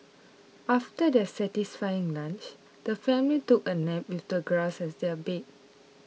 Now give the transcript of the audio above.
after their satisfying lunch the family took a nap with the grass as their bed